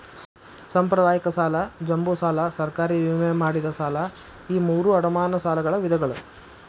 ಸಾಂಪ್ರದಾಯಿಕ ಸಾಲ ಜಂಬೋ ಸಾಲ ಸರ್ಕಾರಿ ವಿಮೆ ಮಾಡಿದ ಸಾಲ ಈ ಮೂರೂ ಅಡಮಾನ ಸಾಲಗಳ ವಿಧಗಳ